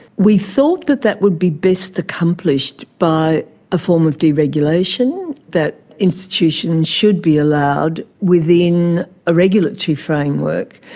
we thought that that would be best accomplished by a form of deregulation, that institutions should be allowed, within a regulatory framework,